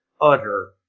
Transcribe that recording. utter